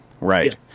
Right